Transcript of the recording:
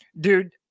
Dude